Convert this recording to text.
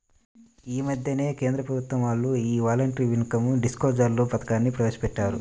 యీ మద్దెనే కేంద్ర ప్రభుత్వం వాళ్ళు యీ వాలంటరీ ఇన్కం డిస్క్లోజర్ పథకాన్ని ప్రవేశపెట్టారు